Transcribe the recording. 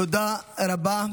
תודה רבה.